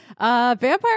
vampire